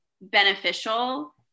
beneficial